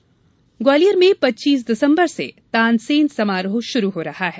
तानसेन समारोह ग्वालियर में पच्चीस दिसम्बर से तानसेन समारोह शुरू हो रहा है